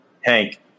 Hank